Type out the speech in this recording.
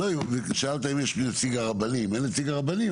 שאלת אם יש נציג הרבנים אין נציג הרבנים,